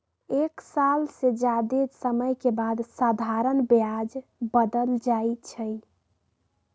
एक साल से जादे समय के बाद साधारण ब्याज बदल जाई छई